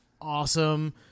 awesome